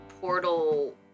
portal